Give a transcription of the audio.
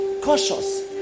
Cautious